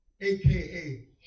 aka